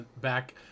back